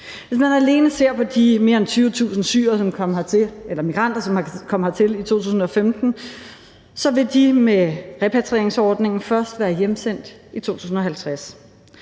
Hvis man alene ser på de mere end 20.000 syrere, som kom hertil – eller migranter, som kom hertil – i 2015, vil de med repatrieringsordningen først være hjemsendt i 2050.